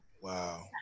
Wow